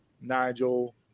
Nigel